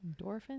Endorphins